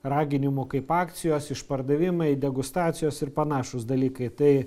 raginimų kaip akcijos išpardavimai degustacijos ir panašūs dalykai tai